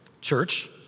church